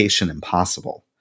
impossible